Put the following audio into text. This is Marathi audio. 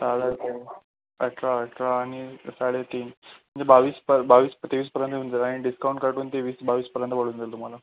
चालेल सर अठरा अठरा आणि साडे तीन म्हणजे बावीस पर बावीस तेवीसपर्यंत येऊन जाईल आणि डिस्काउंट काढून तेवीस बावीसपर्यंत पडून जाईल तुम्हाला